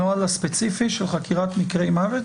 הנוהל הספציפי של חקירת מקרי מוות